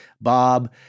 bob